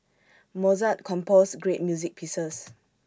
Mozart composed great music pieces